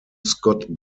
scott